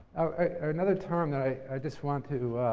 another term that i just want to